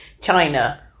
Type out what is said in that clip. China